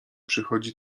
przychodzi